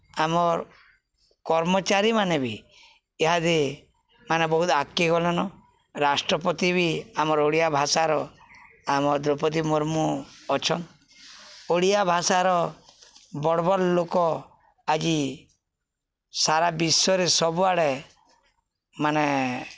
ଆମର୍ କର୍ମଚାରୀମାନେ ବି ଇହାଦେ ମାନେ ବହୁତ୍ ଆଗ୍କେ ଗଲେନ ରାଷ୍ଟ୍ରପତି ବି ଆମର୍ ଓଡ଼ିଆ ଭାଷାର ଆମ ଦ୍ରୌପଦୀ ମର୍ମୁ ଅଛନ୍ ଓଡ଼ିଆ ଭାଷାର ବଡ଼୍ ବଡ଼୍ ଲୋକ ଆଜି ସାରା ବିଶ୍ୱରେ ସବୁଆଡ଼େ ମାନେ